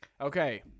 Okay